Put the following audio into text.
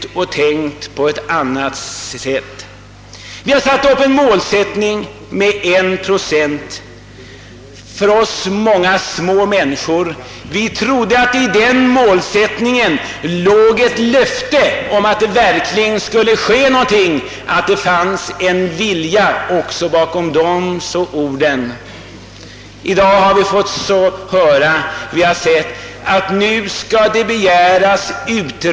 Som målsättning har satts upp 1 procent till u-länderna. Vi många små människor trodde att i denna målsättning låg ett löfte att det verkligen skulle ske någonting och att det också fanns en vilja bakom dessa ord. I dag har vi fått höra att en utredning skall begäras.